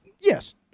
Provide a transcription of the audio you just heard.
Yes